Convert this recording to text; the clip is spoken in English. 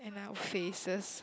and our faces